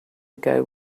ago